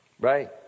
right